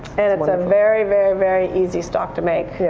and it's a very, very, very easy stock to make.